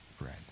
bread